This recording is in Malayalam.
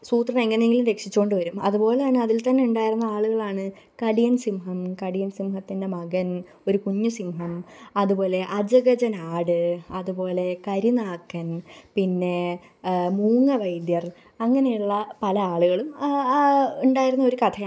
സൂത്രനെ എങ്ങനെ എങ്കിലും രക്ഷിച്ചു കൊണ്ട് വരും അതു പോലെ തന്നെ അതില് തന്നെ ഉണ്ടായിരുന്ന ആളുകളാണ് കടിയന് സിംഹം കടിയന് സിംഹത്തിന്റെ മകന് ഒരു കുഞ്ഞ് സിംഹം അതുപോലെ അജഗജനാട് അതുപോലെ കരിനാക്കന് പിന്നേ മൂങ്ങവൈദ്യര് അങ്ങനെയുള്ള പല ആളുകളും ഉണ്ടായിരുന്ന ഒരു കഥയാണ്